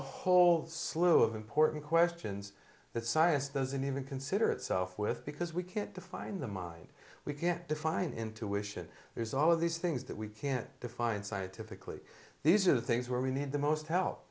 whole slew of important questions that science doesn't even consider itself with because we can't define the mind we can't define intuition there's all of these things that we can't define scientifically these are the things where we need the most help